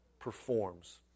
performs